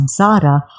samsara